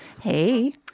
Hey